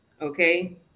Okay